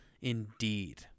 indeed